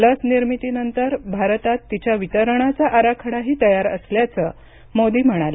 लसनिर्मितीनंतर भारतात तिच्या वितरणाचा आराखडाही तयार असल्याचं मोदी म्हणाले